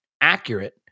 accurate